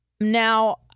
Now